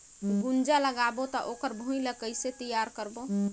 गुनजा लगाबो ता ओकर भुईं ला कइसे तियार करबो?